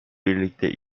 birlikte